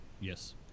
Yes